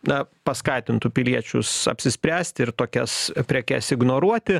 na paskatintų piliečius apsispręsti ir tokias prekes ignoruoti